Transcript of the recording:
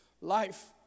life